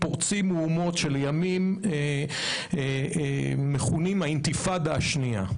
פורצות מהומות שלימים מכונות האינתיפאדה השנייה.